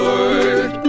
Lord